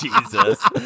Jesus